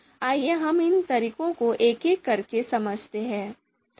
आइए हम इन तरीकों को एक एक करके समझते हैं